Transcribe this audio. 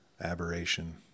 aberration